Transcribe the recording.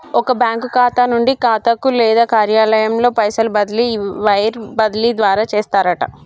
ఒక బ్యాంకు ఖాతా నుండి ఖాతాకు లేదా కార్యాలయంలో పైసలు బదిలీ ఈ వైర్ బదిలీ ద్వారా చేస్తారట